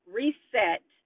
reset